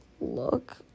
look